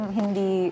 Hindi